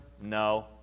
no